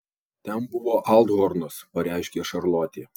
ten buvo althornas pareiškė šarlotė